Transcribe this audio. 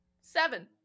Seven